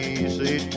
easy